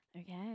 okay